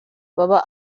baba